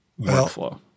workflow